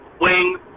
wing